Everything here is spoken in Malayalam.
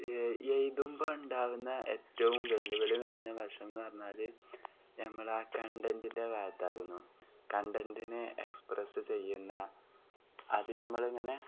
എഴുതുമ്പം ഉണ്ടാകുന്ന ഏറ്റവും വെല്ലുവിളി നിറഞ്ഞ വശം എന്ന് പറഞ്ഞാൽ നമ്മൾ ആ കണ്ടൻറിൻ്റെ ഭാഗത്താകുന്നു കണ്ടന്റിനെ എക്സ്പ്രെസ്സ് ചെയ്യുന്ന അത് നമ്മൾ ഇങ്ങനെ